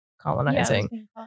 colonizing